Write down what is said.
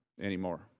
anymore